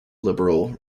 liberal